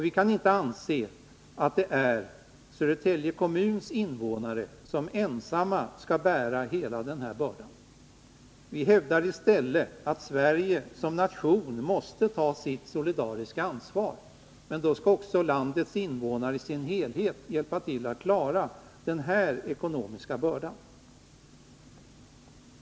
Vi kan inte anse att det är Södertälje kommuns invånare som ensamma skall bära hela denna börda. Vi hävdar i stället att Sverige som nation måste ta sitt solidariska ansvar. Men då skall också landets alla invånare hjälpa till att klara av denna ekonomiska börda.